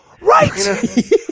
Right